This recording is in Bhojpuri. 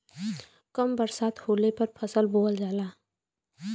कम बरसात होले पर फसल बोअल जाला